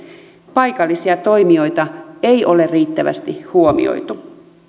paikallisia toimijoita ei ole riittävästi huomioitu